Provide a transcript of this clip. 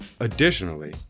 Additionally